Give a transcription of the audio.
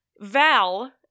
Val